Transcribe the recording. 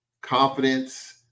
confidence